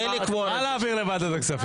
מה להעביר לוועדת הכספים?